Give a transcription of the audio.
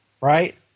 Right